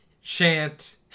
shant